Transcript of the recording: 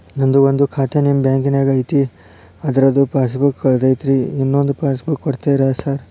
ನಂದು ಒಂದು ಖಾತೆ ನಿಮ್ಮ ಬ್ಯಾಂಕಿನಾಗ್ ಐತಿ ಅದ್ರದು ಪಾಸ್ ಬುಕ್ ಕಳೆದೈತ್ರಿ ಇನ್ನೊಂದ್ ಪಾಸ್ ಬುಕ್ ಕೂಡ್ತೇರಾ ಸರ್?